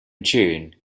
june